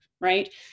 right